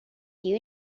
you